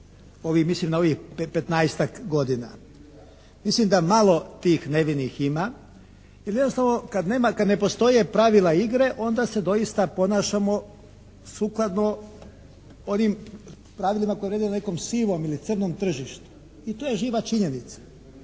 mislim na ovih 15.-tak godina. Mislim da malo tih nevinih ima jer jednostavno kad nema, kad ne postoje pravila igre onda se doista ponašamo sukladno onim pravilima koje vrijede na nekom sivom ili crnom tržištu. I to je živa činjenica.